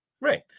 Right